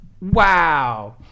Wow